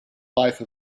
life